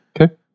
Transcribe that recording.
Okay